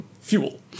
fuel